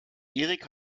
erik